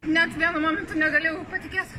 net vienu momentu negalėjau patikėti